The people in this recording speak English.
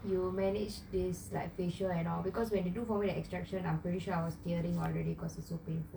you manage this like facial and all because when they do for the extraction I'm pretty sure I was tearing already because it's so painful